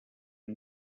amb